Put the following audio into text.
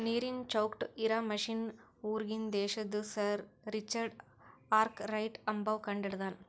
ನೀರನ್ ಚೌಕ್ಟ್ ಇರಾ ಮಷಿನ್ ಹೂರ್ಗಿನ್ ದೇಶದು ಸರ್ ರಿಚರ್ಡ್ ಆರ್ಕ್ ರೈಟ್ ಅಂಬವ್ವ ಕಂಡಹಿಡದಾನ್